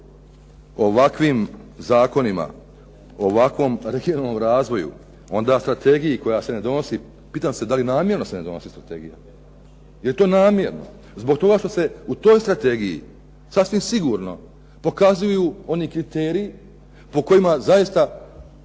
ovakvim zakonima, ovakvom regionalnom razvoju, onda strategiji koja se donosi. Pitam se da li se namjerno ne donosi strategija? Jel to namjerno? Zbog toga što se u toj strategiji sasvim sigurno pokazuju oni kriteriji po kojima zaista